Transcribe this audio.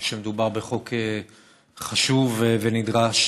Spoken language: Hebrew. אני חושב שמדובר בחוק חשוב ונדרש.